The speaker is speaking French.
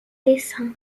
tessin